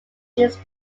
its